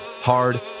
hard